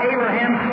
Abraham